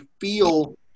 feel